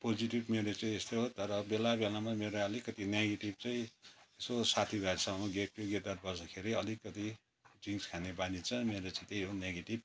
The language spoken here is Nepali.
पोजिटिभ मेरो चाहिँ यस्तै हो तर बेला बेलामा मेरो अलिकति निगेटिभ चाहिँ यसो साथीभाइहरूसँग गेट टुगेदर गर्दाखेरि अलिकति ड्रिङ्क्स खाने बानी छ मेरो चाहिँ त्यही हो निगेटिभ